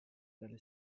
delle